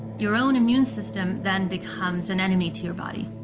your own immune system then becomes an enemy to your body.